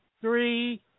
three